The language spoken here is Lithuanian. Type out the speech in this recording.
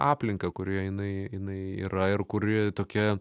aplinką kurioje jinai jinai yra ir kuri tokia